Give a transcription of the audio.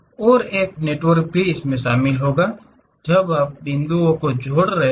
और एक नेटवर्क भी शामिल होगा जब आप इन बिंदुओं को जोड़ रहे हैं